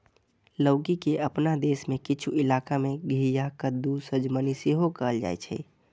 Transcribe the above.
लौकी के अपना देश मे किछु इलाका मे घिया, कद्दू, सजमनि सेहो कहल जाइ छै